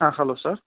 ah hello sir